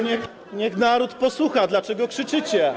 Niech naród posłucha, dlaczego krzyczycie.